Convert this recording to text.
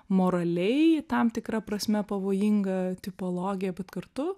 moraliai tam tikra prasme pavojinga tipologija bet kartu